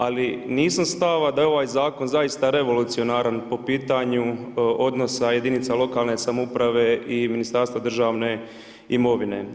Ali, nisam stava da je ovaj zakon zaista revoluci0onalan, po pitanju odnosa jedinica lokalne samouprave i Ministarstva državne imovine.